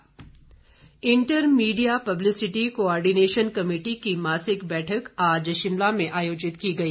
बैठक inter media publicity coordination committee की मासिक बैठक आज शिमला में आयोजित की गई